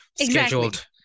scheduled